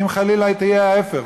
אם חלילה יהיה ההפך.